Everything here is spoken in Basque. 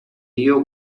dio